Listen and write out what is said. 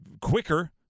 quicker –